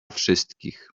wszystkich